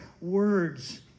words